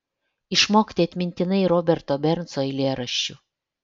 išmokti atmintinai roberto bernso eilėraščių